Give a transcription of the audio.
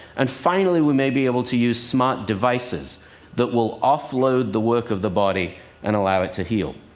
and finally, we may be able to use smart devices that will offload the work of the body and allow it to heal.